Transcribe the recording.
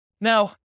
Now